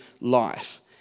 life